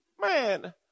man